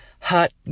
hot